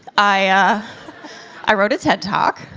i ah i wrote a ted talk.